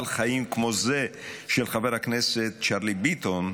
חיים כמו זה של חבר הכנסת צ'רלי ביטון,